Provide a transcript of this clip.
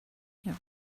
hear